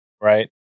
Right